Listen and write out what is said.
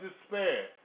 despair